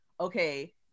okay